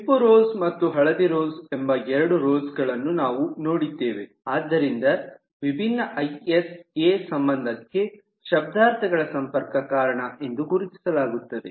ಕೆಂಪು ರೋಜ್ ಮತ್ತು ಹಳದಿ ರೋಜ್ ಎಂಬ ಎರಡು ರೋಜ್ ಗಳನ್ನು ನಾವು ನೋಡಿದ್ದೇವೆ ಆದ್ದರಿಂದ ವಿಭಿನ್ನ ಐಎಸ್ ಎ IS A ಸಂಬಂಧಕ್ಕೆ ಶಬ್ದಾರ್ಥಗಳ ಸಂಪರ್ಕ ಕಾರಣ ಎಂದು ಗುರುತಿಸಲಾಗುತ್ತದೆ